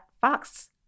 Fox